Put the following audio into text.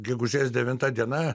gegužės devinta diena